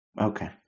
Okay